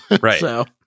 Right